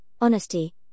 honesty